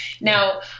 Now